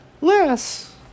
less